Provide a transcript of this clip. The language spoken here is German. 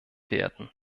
werden